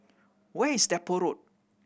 where is Depot Road